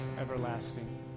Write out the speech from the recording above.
everlasting